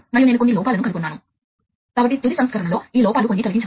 ఆపై మీరు నిజంగా ఈ విభాగాలలో పరికరాలను కనెక్ట్ చేయాలి